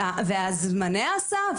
וזמני ההסעה,